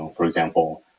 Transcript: um for example,